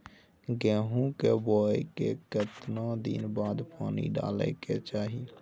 गेहूं के बोय के केतना दिन बाद पानी डालय के चाही?